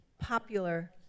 popular